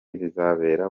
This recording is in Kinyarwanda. bizabera